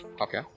Okay